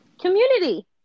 Community